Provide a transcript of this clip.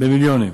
במיליונים